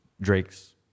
Drake's